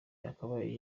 yakabaye